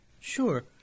Sure